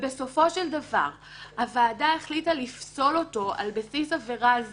ובסופו של דבר הוועדה מחליטה לפסול אותו על בסיס עבירה ו',